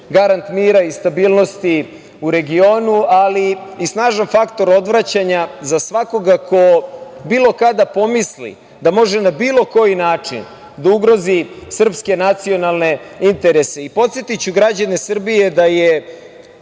garant mira i stabilnosti u regionu, ali i snažan faktor odvraćanja za svakoga ko bilo kada pomisli da može na bilo koji način da ugrozi srpske nacionalne interese. Podsetiću građane Srbije da je